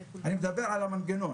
אני מדבר על המנגנון